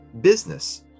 business